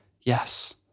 yes